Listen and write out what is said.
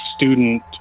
student